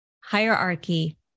hierarchy